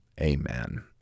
amen